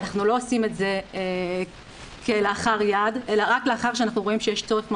אנחנו לא עושים את זה כלאחר יד אלא רק לאחר שאנחנו רואים שיש צורך ממשי.